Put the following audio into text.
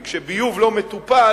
כי כשביוב לא מטופל,